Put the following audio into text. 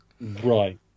Right